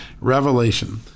revelation